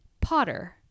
Potter